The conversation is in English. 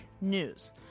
news